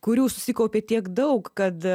kurių susikaupė tiek daug kad